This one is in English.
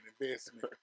investment